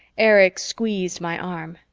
erich squeezed my arm.